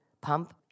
pump